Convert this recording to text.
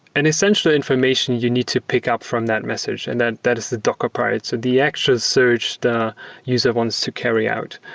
an essential information you need to pick up from that message, and that that is the part. so the actual search the user wants to carryout.